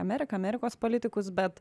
ameriką amerikos politikus bet